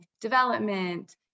development